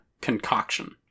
concoction